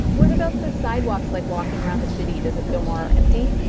what about the sidewalks? like, walking around the city, does it feel more empty?